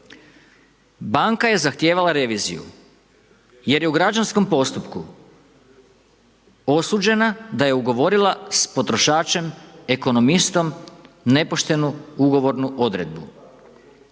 Banka je zahtijevala reviziju jer je u građanskom postupku osuđena da je ugovorila s potrošačem ekonomistom nepoštenu ugovornu odredbu.